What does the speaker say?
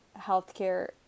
healthcare